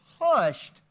hushed